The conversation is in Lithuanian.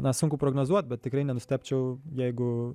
na sunku prognozuot bet tikrai nenustebčiau jeigu